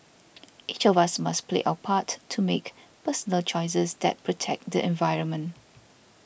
each of us must play our part to make personal choices that protect the environment